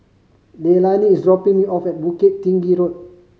Leilani is dropping me off at Bukit Tinggi Road